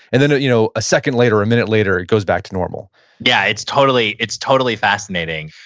and then, you know a second later, a minute later, it goes back to normal yeah. it's totally it's totally fascinating,